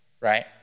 right